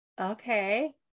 Okay